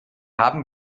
haben